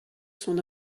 son